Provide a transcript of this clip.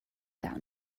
down